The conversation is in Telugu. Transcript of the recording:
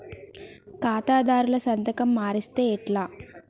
ఖాతాదారుల సంతకం మరిస్తే ఎట్లా?